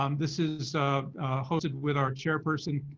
um this is hosted with our chairperson,